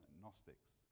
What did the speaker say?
gnostics